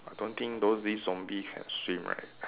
I don't think though these zombies can swim right